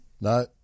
No